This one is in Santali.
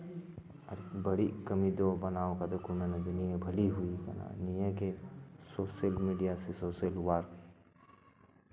ᱟᱨ ᱵᱟᱹᱲᱤᱡ ᱠᱟᱹᱢᱤ ᱫᱚ ᱵᱮᱱᱟᱣ ᱠᱟᱛᱮ ᱠᱚ ᱢᱮᱱᱟ ᱡᱮ ᱱᱤᱭᱟᱹ ᱵᱷᱟᱹᱞᱤ ᱦᱩᱭ ᱟᱠᱟᱱᱟ ᱱᱤᱭᱟᱹᱜᱮ ᱥᱳᱥᱟᱞ ᱢᱤᱰᱤᱭᱟ ᱥᱮ ᱥᱳᱥᱟᱞ ᱳᱟᱨᱠ